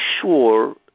sure